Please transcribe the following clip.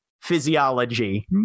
physiology